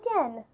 again